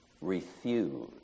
refuse